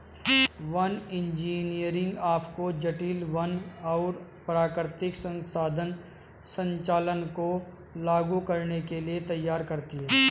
one engineering आपको जटिल वन और प्राकृतिक संसाधन संचालन को लागू करने के लिए तैयार करती है